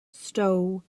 stow